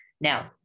Now